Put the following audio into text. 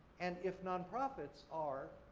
and, if non-profits are,